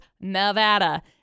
Nevada